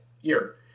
year